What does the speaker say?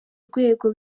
rwego